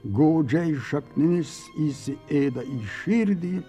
godžiai šaknis įsiėda į širdį